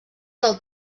del